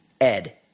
Ed